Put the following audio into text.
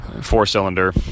four-cylinder